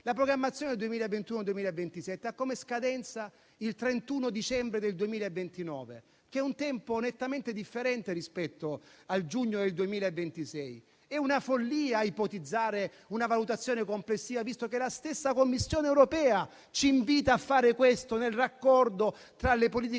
La programmazione 2021-2027 ha come scadenza il 31 dicembre 2029, che è un tempo nettamente differente rispetto al giugno 2026. È una follia ipotizzare una valutazione complessiva, visto che la stessa Commissione europea ci invita a fare questo nel raccordo tra le politiche